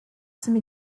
some